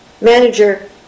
manager